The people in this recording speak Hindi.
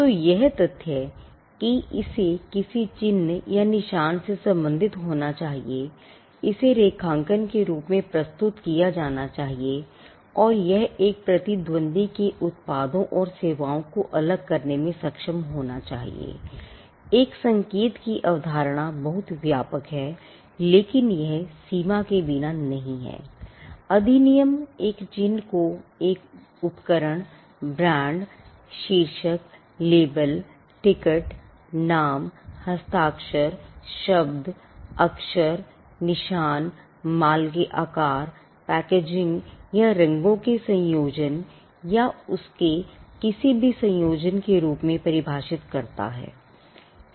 तो यह तथ्य कि इसे किसी चिन्ह या निशान से संबंधित होना चाहिए इसे रेखांकन के रूप में या रंगों के संयोजन या उसके किसी भी संयोजन के रूप में परिभाषित करता है